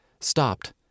stopped